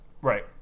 Right